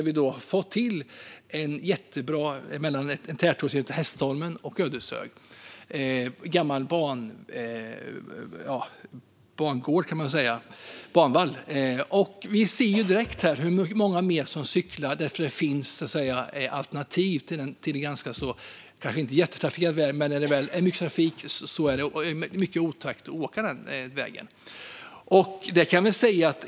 Vi har fått till det jättebra mellan Ödeshög och en tätort som heter Hästholmen. Det är en gammal banvall. Vi såg direkt att många fler cyklade. Detta är nämligen ett alternativ till en väg som kanske inte är jättetrafikerad men som det är mycket otäckt att åka på när det väl är mycket trafik.